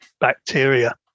bacteria